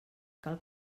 cal